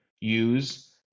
use